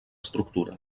estructura